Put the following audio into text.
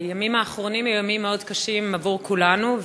הימים האחרונים היו ימים מאוד קשים עבור כולנו,